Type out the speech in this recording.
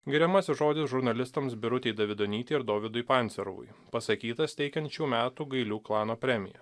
giriamasis žodis žurnalistams birutei davidonytei ir dovydui pancerovui pasakytas teikiant šių metų gailių klano premiją